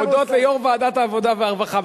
הודות ליושב-ראש ועדת העבודה והרווחה.